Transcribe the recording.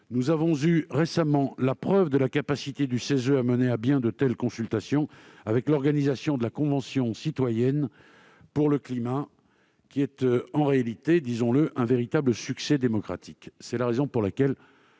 nous avons eu récemment la preuve de la capacité du CESE à mener à bien de telles consultations, avec l'organisation de la Convention citoyenne pour le climat, qui est, disons-le, un véritable succès démocratique. Telles sont les raisons pour lesquelles